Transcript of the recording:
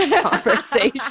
conversation